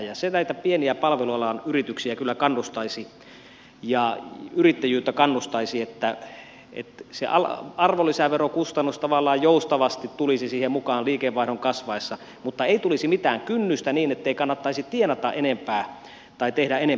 se näitä pieniä palvelualan yrityksiä kyllä kannustaisi ja yrittäjyyttä kannustaisi että se arvonlisäverokustannus tavallaan joustavasti tulisi siihen mukaan liikevaihdon kasvaessa mutta ei tulisi mitään kynnystä niin ettei kannattaisi tienata enempää tai tehdä enempää töitä